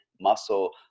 muscle